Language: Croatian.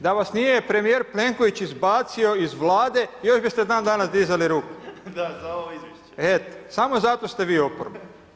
Da vas nije premjer Plenković izbacio iz Vlade, još biste još dan danas dizali ruku. … [[Upadica se ne čuje.]] Eto samo zato ste vi oporba.